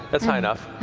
that's high enough.